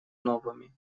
новыми